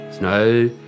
no